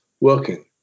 working